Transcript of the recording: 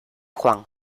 juan